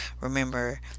Remember